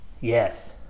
Yes